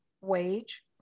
wage